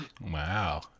Wow